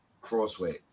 crossway